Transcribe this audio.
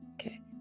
Okay